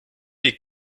les